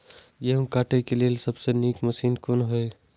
गेहूँ काटय के लेल सबसे नीक मशीन कोन हय?